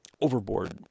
overboard